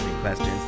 questions